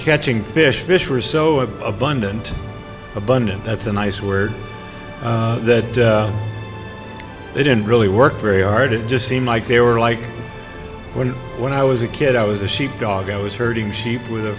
catching fish fish were so abundant abundant that's a nice word that they didn't really work very hard it just seemed like they were like when when i was a kid i was a sheep dog i was herding sheep with a